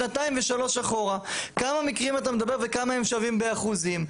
שנתיים ושלוש אחורה - כמה מקרים אתה מדבר וכמה הם שווים באחוזים.